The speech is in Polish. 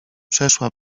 przeszła